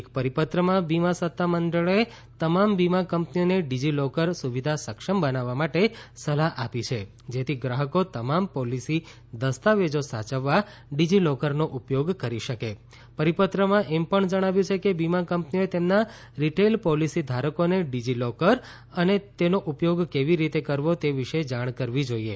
એક પરિપત્રમાં વીમા સત્તામંડળે તમામ વીમા કંપનીઓને ડિજિલોકર સુવિધા સક્ષમ બનાવવા માટે સલાહ આપી છે જેથી ગ્રાહકો તમામ પોલીસી દસ્તાવેજો સાચવવા ડિજિલોકરનો ઉપયોગ કરી શકે પરિપત્રમાં એમ પણ જણાવ્યું છે કે વીમા કંપનીઓએ તેમના રિટેલ પોલિસી ધારકોને ડિજિલોકર અને તેનો ઉપયોગ કેવી રીતે કરવો તે વિશે જાણ કરવી જોઈએ